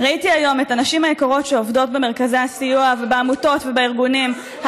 ראיתי היום את הנשים היקרות שעובדות במרכזי הסיוע ובעמותות ובארגונים.